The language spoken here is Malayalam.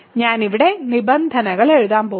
ഞാൻ ഇവിടെ നിബന്ധനകൾ എഴുതാൻ പോകുന്നു